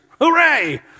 Hooray